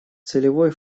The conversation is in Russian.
целевой